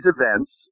events